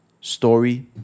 story